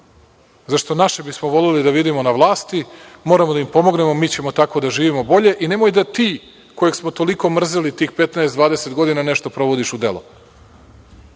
Zato što bismo voleli da vidimo naše na vlasti, moramo da im pomognemo, mi ćemo tako da živimo bolje i nemoj da ti, kojeg smo toliko mrzeli tih 15, 20 godina nešto provodiš u delo.